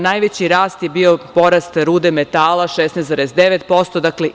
Najveći rast je bio porast rude metala, 16,9%